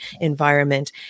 environment